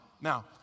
now